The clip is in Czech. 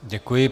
Děkuji.